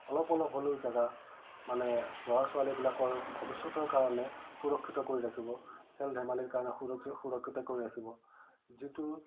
অলপ অলপ হ'লেও জাগা মানে ল'ৰা ছোৱালীবিলাকৰ ভৱিষ্যতৰ কাৰণে সুৰক্ষিত কৰি ৰাখিব খেল ধেমালিৰ কাৰণে সুৰ সুৰক্ষিত কৰি ৰাখিব যিটো